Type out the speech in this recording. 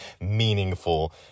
meaningful